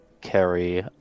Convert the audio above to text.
carry